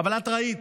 אבל את ראית,